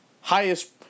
Highest